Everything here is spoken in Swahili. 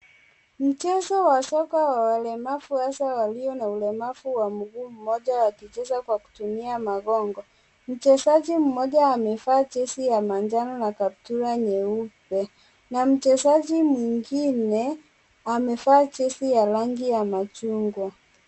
Mchezo wa soka wa walemavu walio na mguu mmoja wakichwza wakitumia magongo. Mchezaji mmoja amevaa jezi ya manjano na kaptura nyeupe na mchezaji mwingine amevaa jezi ya rangi ya machungwa.